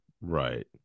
right